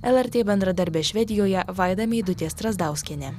lrt bendradarbė švedijoje vaida meidutė strazdauskienė